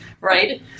right